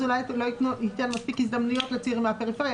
אולי זה לא ייתן מספיק הזדמנויות לצעירים מהפריפריה.